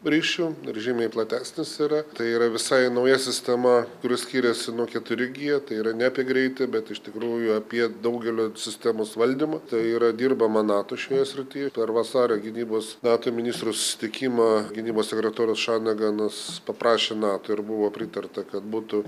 ryšiu ir žymiai platesnis yra tai yra visai nauja sistema kuri skiriasi nuo keturi g tai yra ne apie greitį bet iš tikrųjų apie daugelio sistemos valdymą tai yra dirbama nato šioje srityje dar vasario gynybos nato ministrų susitikimą gynybos sekretorius šanaganas paprašė nato ir buvo pritarta kad būtų